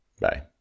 Bye